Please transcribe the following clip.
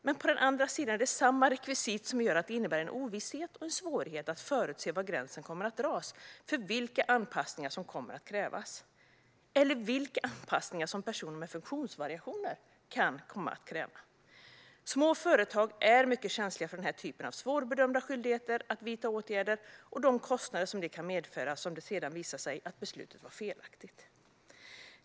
Men på den andra sidan innebär samma rekvisit en ovisshet och svårighet att förutse var gränsen kommer att dras för vilka anpassningar som kommer att krävas eller vilka anpassningar personer med funktionsvariationer kan komma att kräva. Små företag är mycket känsliga för den här typen av svårbedömda skyldigheter att vidta åtgärder och de kostnader som de kan medföra om det sedan visar sig att ett beslut var felaktigt.